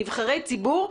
אנשים שהם נבחרי ציבור,